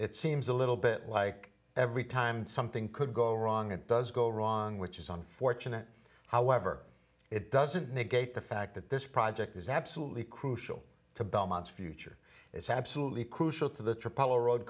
it seems a little bit like every time something could go wrong it does go wrong which is unfortunate however it doesn't negate the fact that this project is absolutely crucial to belmont's future is absolutely crucial to the triple road